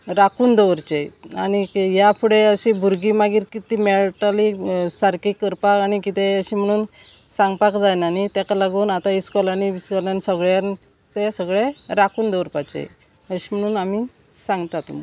राखून दवरचे आनीक ह्या फुडें अशीं भुरगीं मागीर कितें मेळटलीं सारकी करपाक आनी कितें अशें म्हणून सांगपाक जायना न्ही तेका लागून आतां इस्कॉलानी बिस्कोलांनी सगळ्यान ते सगळे राखून दवरपाचें अशें म्हणून आमी सांगतात तुमकां